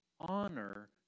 honor